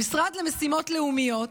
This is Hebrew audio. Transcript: המשרד למשימות לאומיות,